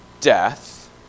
death